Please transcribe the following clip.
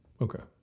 Okay